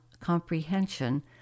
comprehension